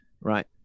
right